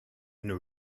nos